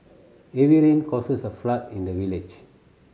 heavy rain causes a flood in the village